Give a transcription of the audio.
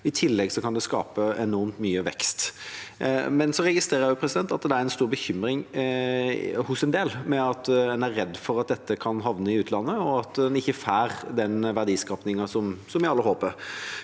i tillegg skape enormt mye vekst. Jeg registrerer at det er en stor bekymring hos en del som er redd for at dette kan havne i utlandet, og at en ikke får den verdiskapingen som vi alle håper